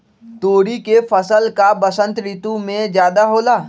तोरी के फसल का बसंत ऋतु में ज्यादा होला?